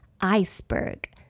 iceberg